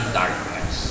darkness